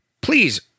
Please